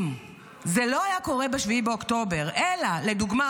אם זה לא היה קורה ב-7 באוקטובר אלא לדוגמה,